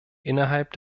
innerhalb